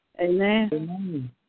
Amen